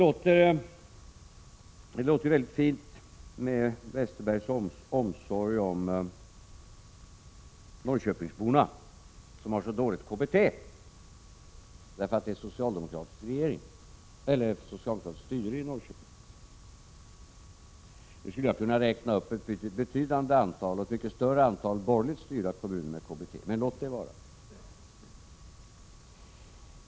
7 Det låter ju väldigt fint när Bengt Westerberg uttrycker sin omsorg om norrköpingsborna, som har så dåligt KBT därför att det är socialdemokratiskt styre i Norrköping. Jag skulle kunna räkna upp ett mycket större antal borgerligt styrda kommuner med KBT, men låt det vara.